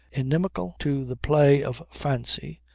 inimical to the play of fancy,